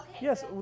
Yes